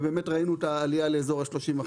באמת ראינו את העלייה לאזור ה-30%.